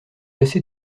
assez